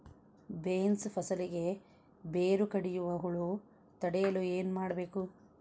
Beans ಫಸಲಿಗೆ ಬೇರು ಕಡಿಯುವ ಹುಳು ತಡೆಯಲು ಏನು ಮಾಡಬೇಕು?